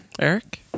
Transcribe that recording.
Eric